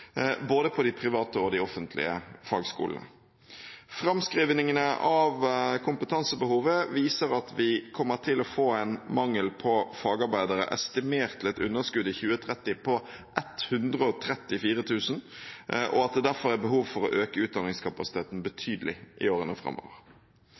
både på de private og de offentlige fagskolene. Framskrivningene av kompetansebehovet viser at vi kommer til å få en mangel på fagarbeidere estimert til et underskudd i 2030 på 134 000, og at det derfor er behov for å øke utdanningskapasiteten